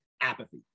apathy